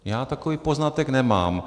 Já takový poznatek nemám.